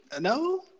No